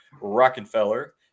Rockefeller